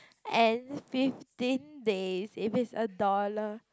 and fifteen days if it's a dollar